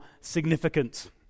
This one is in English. significant